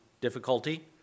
difficulty